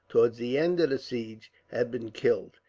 towards the end of the siege, had been killed,